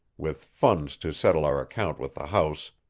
with funds to settle our account with the house,